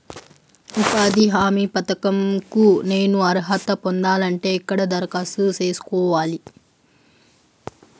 ఉపాధి హామీ పథకం కు నేను అర్హత పొందాలంటే ఎక్కడ దరఖాస్తు సేసుకోవాలి?